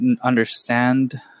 understand